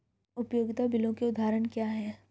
उपयोगिता बिलों के उदाहरण क्या हैं?